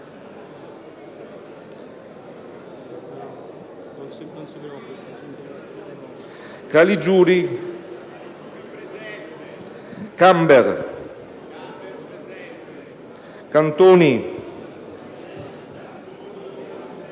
Caligiuri, Camber, Cantoni,